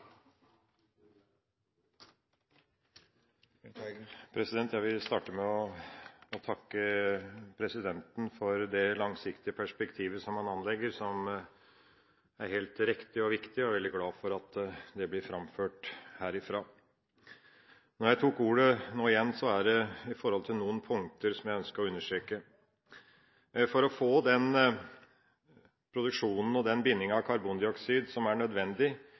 Jeg vil starte med å takke «presidenten» for det langsiktige perspektivet han anlegger, som er helt riktig og viktig, og jeg er veldig glad for at det blir framført herfra. Når jeg tar ordet nå igjen, er det til noen punkter som jeg ønsker å understreke. For å få den produksjonen og den bindingen av karbondioksid som er nødvendig,